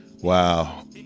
Wow